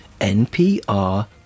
NPR